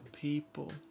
people